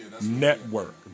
network